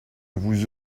vous